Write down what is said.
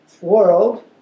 world